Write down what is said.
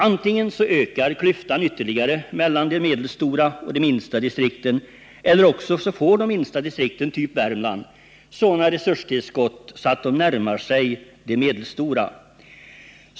Antingen ökar klyftan ytterligare mellan de medelstora och de minsta distrikten eller också får de minsta distrikten, av typen Värmlandsdistriktet, sådana resurstillskott att de närmar sig de medelstora.